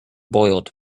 boiled